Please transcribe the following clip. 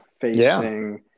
facing